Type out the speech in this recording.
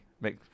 Make